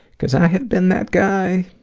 cause i have been that guy,